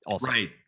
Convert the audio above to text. right